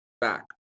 back